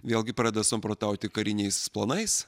vėlgi pradeda samprotauti kariniais planais